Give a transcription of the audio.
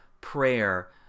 prayer